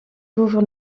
couvre